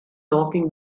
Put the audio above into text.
talking